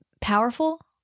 powerful